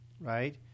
right